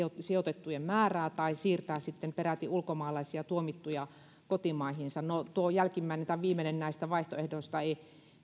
sijoitettujen määrää tai peräti siirtää ulkomaalaisia tuomittuja kotimaihinsa no tuo jälkimmäinen tai viimeinen näistä vaihtoehdoista ei